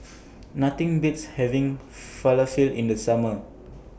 Nothing Beats having Falafel in The Summer